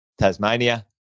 Tasmania